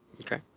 Okay